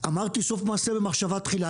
אמרתי סוף מעשה במחשבה תחילה.